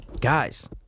Guys